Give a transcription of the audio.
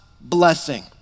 blessing